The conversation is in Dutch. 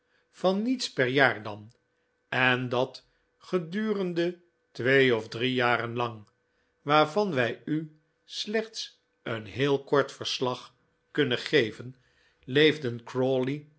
van niets per jaar dan en dat gedurende twee of drie jaren lang waarvan wij u slechts een heel kort verslag kunnen geven